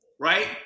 right